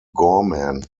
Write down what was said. gorman